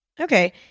Okay